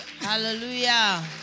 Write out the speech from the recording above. Hallelujah